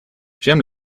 j’aime